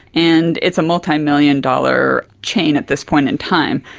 and it's a multimillion dollar chain at this point in time.